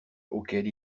auxquels